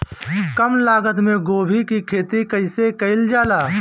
कम लागत मे गोभी की खेती कइसे कइल जाला?